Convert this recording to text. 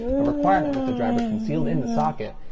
a requirement with the driver concealed in the socket,